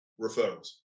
referrals